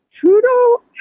Trudeau